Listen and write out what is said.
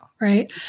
right